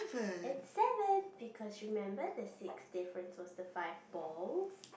it's seven because remember the sixth difference was the five balls